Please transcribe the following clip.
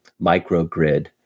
microgrid